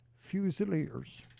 Fusiliers